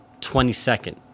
22nd